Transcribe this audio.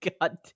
God